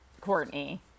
Courtney